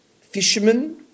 fishermen